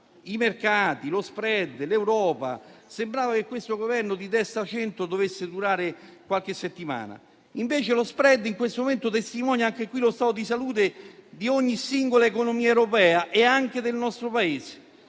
mercati, dello *spread*, dell'Europa e sembrava che questo Governo di destra-centro dovesse durare solo qualche settimana. Invece lo *spread* in questo momento testimonia lo stato di salute di ogni singola economia europea e anche del nostro Paese: